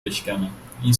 بشکنم، این